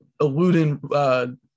eluding